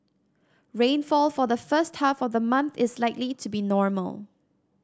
rainfall for the first half of the month is likely to be normal